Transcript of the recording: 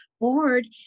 board